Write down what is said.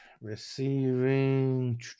Receiving